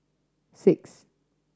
six